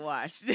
Watch